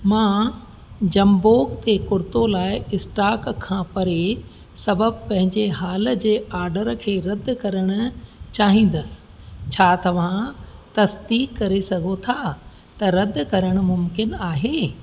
मां जंबोग ते कुर्तो लाइ स्टाक खां परे सबबु पंहिंजे हाल जे आर्डर खे रद्द करण चाहिंदसि छा तव्हां तसदीक़ु करे सघो था त रद्द करणु मुमकिन आहे